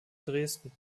dresden